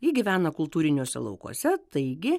ji gyvena kultūriniuose laukuose taigi